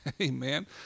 amen